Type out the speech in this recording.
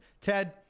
Ted